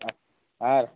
আচ্ছা হ্যাঁ